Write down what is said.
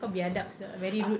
kau biadap sia very rude